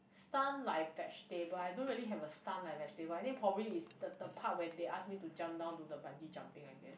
stun like vegetable I don't really have a stun like vegetable I think probably is the the part where they ask me to jump down do the bungee jumping I guess